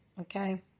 Okay